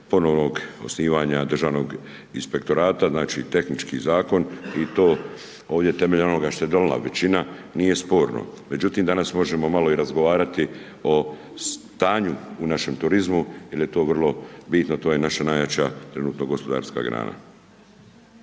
ponovnog osnivanja Državnog inspektorata, znači tehnički Zakon i to ovdje temeljem onoga što je donijela većina, nije sporno, međutim danas možemo malo i razgovarati o stanju u našem turizmu jer je to vrlo bitno, to je naša najjača trenutno gospodarska grana.